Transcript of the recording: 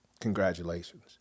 Congratulations